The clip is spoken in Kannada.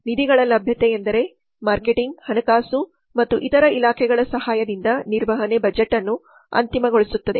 ನಿಧಿಗಳ ಲಭ್ಯತೆ ಎಂದರೆ ಮಾರ್ಕೆಟಿಂಗ್ ಹಣಕಾಸು ಮತ್ತು ಇತರ ಇಲಾಖೆಗಳ ಸಹಾಯದಿಂದ ನಿರ್ವಹಣೆ ಬಜೆಟ್ ಅನ್ನು ಅಂತಿಮಗೊಳಿಸುತ್ತದೆ